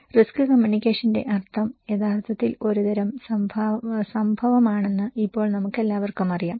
risk കമ്മ്യൂണിക്കേഷന്റെ അർത്ഥം യഥാർത്ഥത്തിൽ ഒരുതരം സംഭവമാണെന്ന് ഇപ്പോൾ നമുക്കെല്ലാവർക്കും അറിയാം